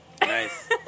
Nice